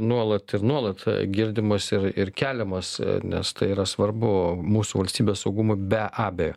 nuolat ir nuolat girdimas ir ir keliamas nes tai yra svarbu mūsų valstybės saugumui be abejo